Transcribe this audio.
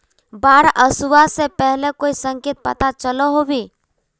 बाढ़ ओसबा से पहले कोई संकेत पता चलो होबे?